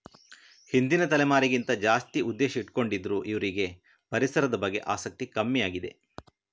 ಹಿಂದಿನ ತಲೆಮಾರಿಗಿಂತ ಜಾಸ್ತಿ ಉದ್ದೇಶ ಇಟ್ಕೊಂಡಿದ್ರು ಇವ್ರಿಗೆ ಪರಿಸರದ ಬಗ್ಗೆ ಆಸಕ್ತಿ ಕಮ್ಮಿ ಆಗಿದೆ